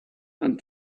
and